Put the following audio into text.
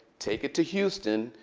take it to houston,